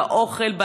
באוכל,